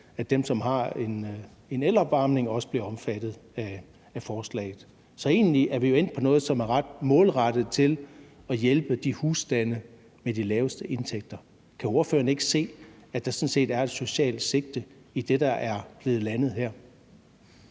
at dem, som har elopvarmning, også bliver omfattet af forslaget. Så egentlig er vi jo endt på noget, som er ret målrettet til at hjælpe de husstande med de laveste indtægter. Kan ordføreren ikke se, at der sådan set er et socialt sigte i det, der er blevet landet her?